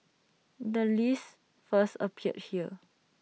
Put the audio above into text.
the list first appeared here